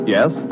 Yes